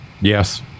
yes